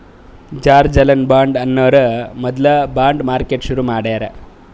George Alan Bond ಅನ್ನೋರು ಮೊದ್ಲ bond market ಶುರು ಮಾಡ್ಯಾರ್